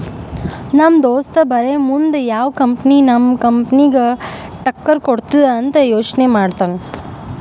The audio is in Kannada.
ನಮ್ ದೋಸ್ತ ಬರೇ ಮುಂದ್ ಯಾವ್ ಕಂಪನಿ ನಮ್ ಕಂಪನಿಗ್ ಟಕ್ಕರ್ ಕೊಡ್ತುದ್ ಅಂತ್ ಯೋಚ್ನೆ ಮಾಡ್ತಾನ್